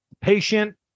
patient